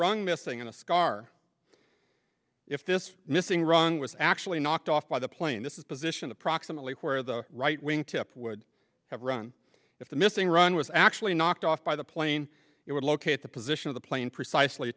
wrong missing in a scar if this missing wrong was actually knocked off by the plane this is a position approximately where the right wing tip would have run if the missing run was actually knocked off by the plane it would locate the position of the plane precisely